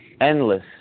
endless